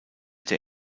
der